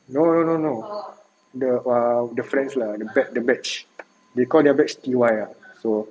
no no no no the err the friends lah the batch they call their batch T_Y ah so